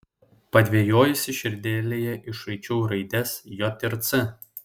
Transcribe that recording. padvejojusi širdelėje išraičiau raides j ir c